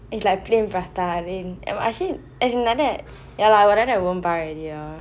it's like plain prata I think as in like that ya lah then I won't buy already sia